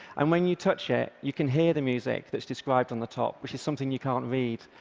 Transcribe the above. and when you touch it, you can hear the music that's described on the top, which is something you can't read.